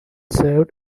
served